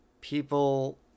people